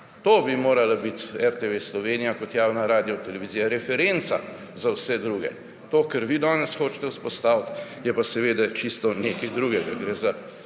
To bi morala biti RTV Slovenija kot javna radiotelevizija. Referenca za vse druge. To, kar vi danes hočete vzpostaviti, je pa seveda čisto nekaj drugega. Gre za